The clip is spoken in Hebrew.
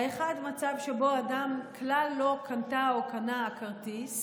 בין מצב שבו אדם כלל לא קנתה או קנה כרטיס,